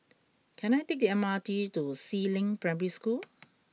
can I take the M R T to Si Ling Primary School